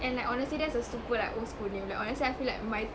and like honestly that's a super like old school name like honestly I feel like my